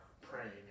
praying